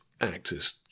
actors